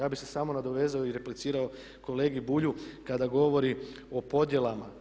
Ja bih se samo nadovezao i replicirao kolegi Bulju kada govori o podjelama.